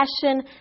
passion